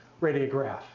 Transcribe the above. radiograph